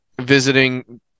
visiting